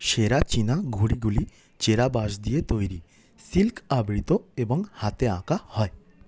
সেরা চীনা ঘুড়িগুলি চেরা বাঁশ দিয়ে তৈরি সিল্ক আবৃত এবং হাতে আঁকা হয়